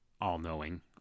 all-knowing